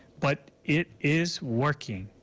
but it is working.